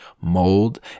mold